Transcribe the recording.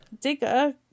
digger